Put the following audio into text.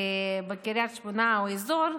בקריית שמונה או באזור,